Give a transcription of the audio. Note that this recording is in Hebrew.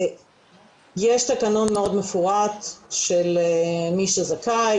יש תקנון מאוד מפורט של מי שזכאי.